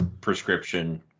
prescription